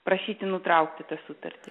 prašyti nutraukti tą sutartį